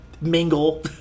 mingle